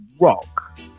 rock